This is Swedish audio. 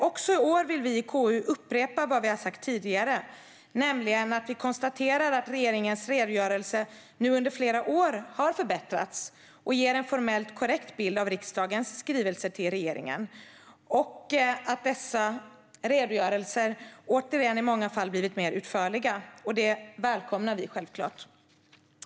Också i år vill vi i KU upprepa det vi har sagt tidigare, nämligen att vi konstaterar att regeringens redogörelse under flera år har förbättrats och ger en formellt korrekt bild av riksdagens skrivelser till regeringen. Dessa redogörelser har, återigen, i många fall blivit mer utförliga. Det välkomnar vi självklart.